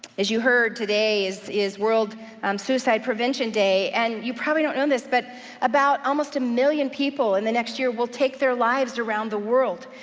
as you heard, today is is world suicide prevention day, and you probably don't know this, but about almost a million people in the next year will take their lives around the world.